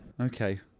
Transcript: Okay